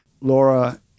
Laura